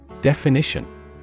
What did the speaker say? Definition